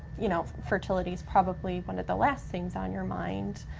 you know fertility's probably one of the last things on your mind,